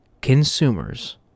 consumers